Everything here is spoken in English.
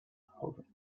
howard